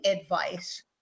advice